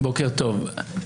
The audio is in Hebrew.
בוקר טוב,